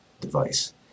device